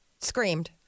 Screamed